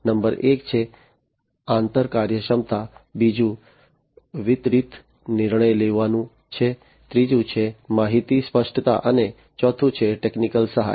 number એક છે આંતરકાર્યક્ષમતા બીજું વિતરિત નિર્ણય લેવાનું છે ત્રીજું છે માહિતીની સ્પષ્ટતા અને ચોથું છે ટેકનિકલ સહાય